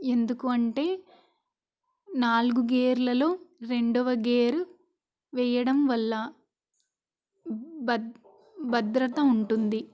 ఎందుకు అంటే నాలుగు గేర్లలో రెండవ గేరు వెయ్యడం వల్ల భద్ భద్రత ఉంటుంది